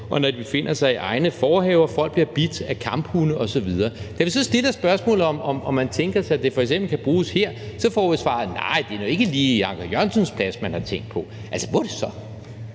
og når de befinder sig i egne forhaver. Folk bliver bidt af kamphunde osv. Da vi så stiller spørgsmålet, om man tænker sig, at det f.eks. kan bruges her, så får vi svaret: Nej, det er da ikke lige Anker Jørgensens plads, man har tænkt på. Altså, hvor er det så?